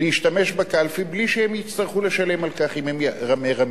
להשתמש בקלפי בלי שהם יצטרכו לשלם על כך אם הם מרמים.